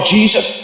Jesus